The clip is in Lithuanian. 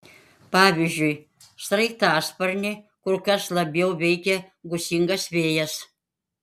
pavyzdžiui sraigtasparnį kur kas labiau veikia gūsingas vėjas